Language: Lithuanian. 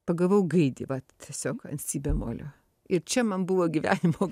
pagavau gaidį vat tiesiog ant si bemolio ir čia man buvo gyvenimo